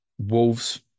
Wolves